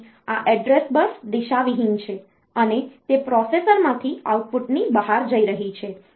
તેથી આ address bus દિશાવિહીન છે અને તે પ્રોસેસરમાંથી આઉટપુટની બહાર જઈ રહી છે